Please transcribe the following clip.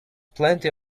plenty